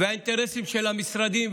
והאינטרסים של המשרדים,